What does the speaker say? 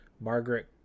Margaret